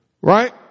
Right